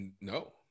No